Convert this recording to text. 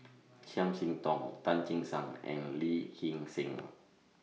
Chiam See Tong Tan Che Sang and Lee Hee Seng